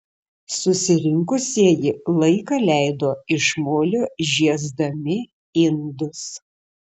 susirinkusieji laiką leido iš molio žiesdami indus